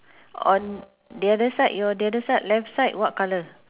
on the other side your the other side left side what colour